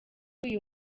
uyu